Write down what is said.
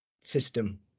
system